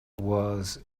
was